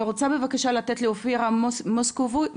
אני רוצה בבקשה לתת לאופירה מוסקוביץ',